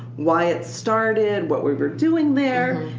why it started, what we were doing there.